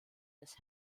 des